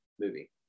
movie